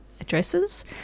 addresses